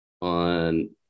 on